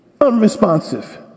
unresponsive